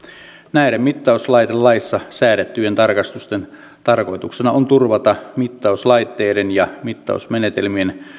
näiden mittauslaitelaissa säädettyjen tarkastusten tarkoituksena on turvata mittauslaitteiden ja mittausmenetel mien